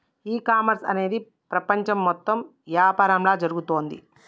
ఈ కామర్స్ అనేది ప్రపంచం మొత్తం యాపారంలా జరుగుతోంది